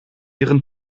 ihren